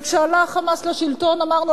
וכשעלה ה"חמאס" לשלטון אמרנו,